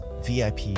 VIP